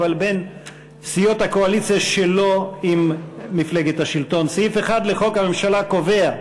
בין סיעות הקואליציה שלא עם מפלגת השלטון: סעיף 1 לחוק הממשלה קובע,